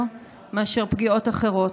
יותר מאשר פגיעות אחרות,